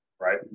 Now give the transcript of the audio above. right